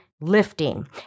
lifting